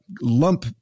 lump